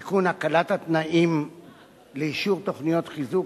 (תיקון, הקלת התנאים לאישור תוכניות חיזוק),